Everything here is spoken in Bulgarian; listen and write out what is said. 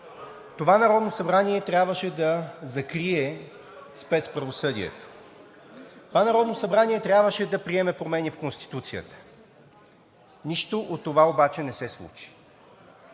Това Народно събрание трябваше да закрие спецправосъдието. Това Народно събрание трябваше да приеме промени в Конституцията. Нищо от това обаче не се случи.